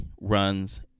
runs